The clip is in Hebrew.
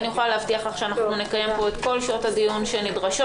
אני יכולה להבטיח לך שאנחנו נקיים פה את כל שעות הדיון שנדרשות,